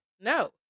No